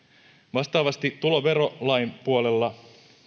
vastaavasti tuloverolain puolella